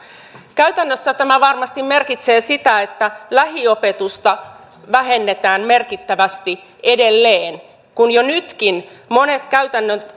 käytännössä tämä varmasti merkitsee sitä että lähiopetusta vähennetään merkittävästi edelleen kun jo nytkin monien käytännön